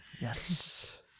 Yes